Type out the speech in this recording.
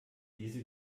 diese